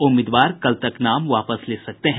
उम्मीदवार कल तक नाम वापस ले सकते हैं